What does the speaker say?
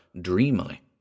dreamily